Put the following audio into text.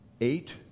eight